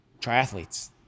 triathletes